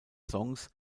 songs